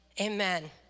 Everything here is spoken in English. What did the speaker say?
Amen